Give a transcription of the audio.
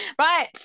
right